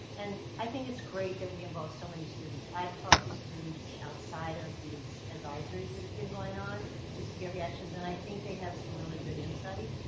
and i think it's great that we involve so many students. i've talked to students outside of these advisories that have been going on just to get reactions and i think they have some really good insight.